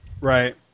Right